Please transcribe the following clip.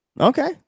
Okay